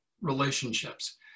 relationships